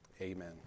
Amen